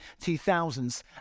2000s